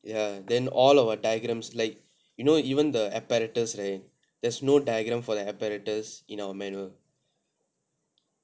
ya then all of our diagrams right you know even the apparatus right there's no diagram for the apparatus in our manual